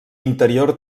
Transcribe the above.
interior